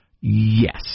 Yes